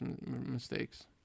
mistakes